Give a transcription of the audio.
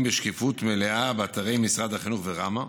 בשקיפות מלאה באתרי משרד החינוך וראמ"ה,